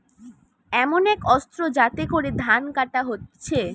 এমন এক অস্ত্র যাতে করে ধান কাটা হতিছে